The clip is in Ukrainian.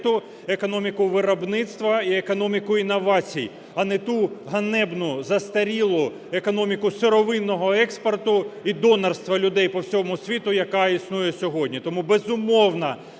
економіку виробництва і економіку інновацій, а не ту ганебну, застарілу економіку сировинного експорту і донорства людей по всьому світу, яка існує сьогодні. Тому, безумовно,